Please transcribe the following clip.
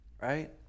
right